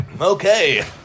Okay